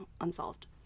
unsolved